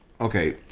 Okay